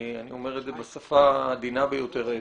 אני אומר את זה בשפה העדינה ביותר האפשרית.